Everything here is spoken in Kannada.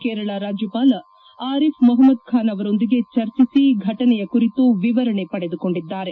ಕೇರಳ ರಾಜ್ಜಪಾಲ ಆರಿಫ್ ಮೊಹಮ್ನದ್ ಖಾನ್ ಅವರೊಂದಿಗೆ ಚರ್ಚಿಸಿ ಘಟನೆಯ ಕುರಿತು ವಿವರಣೆ ಪಡೆದುಕೊಂಡಿದ್ದಾರೆ